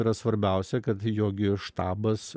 yra svarbiausia kad jo gi štabas